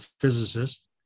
physicist